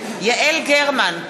יעל גרמן,